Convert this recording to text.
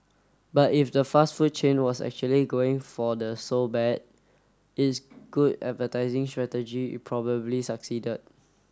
but if the fast food chain was actually going for the so bad it's good advertising strategy it probably succeeded